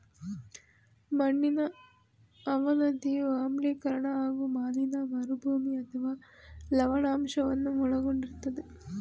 ಮಣ್ಣಿನ ಅವನತಿಯು ಆಮ್ಲೀಕರಣ ಹಾಗೂ ಮಾಲಿನ್ಯ ಮರುಭೂಮಿ ಅಥವಾ ಲವಣಾಂಶವನ್ನು ಒಳಗೊಂಡಿರ್ತದೆ